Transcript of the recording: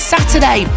Saturday